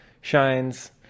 shines